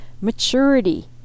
Maturity